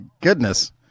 goodness